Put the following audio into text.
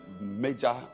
major